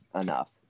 enough